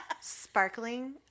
Sparkling